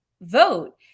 vote